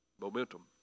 momentum